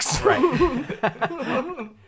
right